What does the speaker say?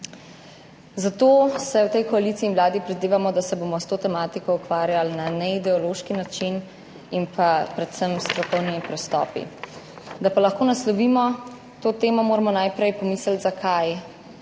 Zato si v tej koaliciji in na Vladi prizadevamo, da se bomo s to tematiko ukvarjali na neideološki način in pa predvsem s strokovnimi pristopi. Da pa lahko naslovimo to temo, moramo najprej pomisliti, zakaj